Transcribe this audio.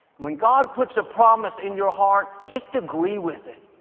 when god puts a promise in your heart, just agree with it.